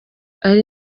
ari